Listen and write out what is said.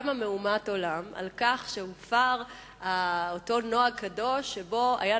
קמה מהומת עולם על כך שהופר אותו נוהג קדוש שבו היה